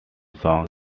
song